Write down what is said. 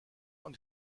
und